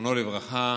זיכרונו לברכה,